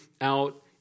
out